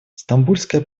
стамбульская